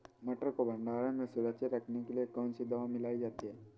मटर को भंडारण में सुरक्षित रखने के लिए कौन सी दवा मिलाई जाती है?